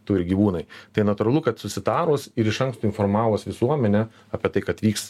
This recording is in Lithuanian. turi gyvūnai tai natūralu kad susitarus ir iš anksto informavus visuomenę apie tai kad vyks